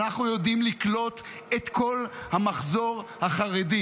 אנחנו יודעים לקלוט את כל המחזור החרדי,